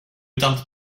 tarde